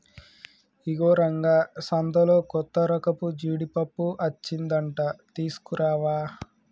ఇగో రంగా సంతలో కొత్తరకపు జీడిపప్పు అచ్చిందంట తీసుకురావా